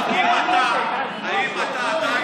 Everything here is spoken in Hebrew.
עמאר, האם אתה עדיין